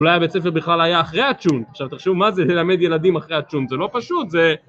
אולי הבית ספר בכלל היה אחרי הטשונט, עכשיו תחשבו מה זה ללמד ילדים אחרי הטשונט, זה לא פשוט זה...